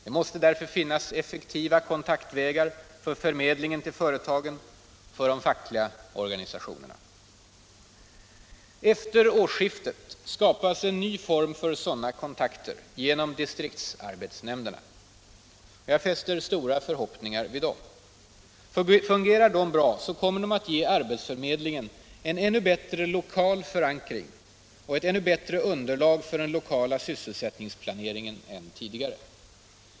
Det måste därför finnas effektiva kontaktvägar för förmedlingen till företagen och de fackliga organisationerna. Efter årsskiftet skapas en ny form för sådana kontakter, genom distriktsarbetsnämnderna. Jag fäster stora förhoppningar vid dem. Fungerar de bra, så kommer de att ge arbetsförmedlingen en ännu bättre lokal förankring och ett ännu bättre underlag för den lokala sysselsättningsplaneringen än tidigare.